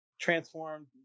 transformed